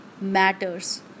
matters